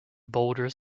boulders